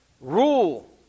rule